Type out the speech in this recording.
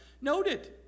noted